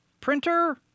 Printer